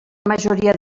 majoria